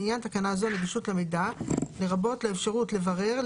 לעניין תקנה זו "נגישות למידע" לרבות לאפשרות לברר,